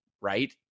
right